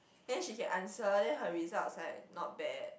then she can answer then her results like not bad